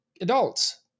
adults